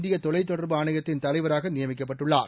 இந்திய தொலைத்தொடர்பு ஆணையத்தின் தலைவராக நியமிக்கப்பட்டுள்ளார்